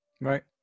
Right